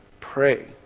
Pray